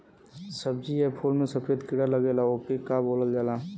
सब्ज़ी या फुल में सफेद कीड़ा लगेला ओके का बोलल जाला?